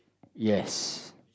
yes